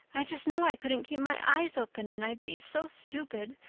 i just know i couldn't keep my eyes open and i'd be so stupid.